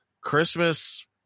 Christmas